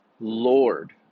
Lord